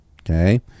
okay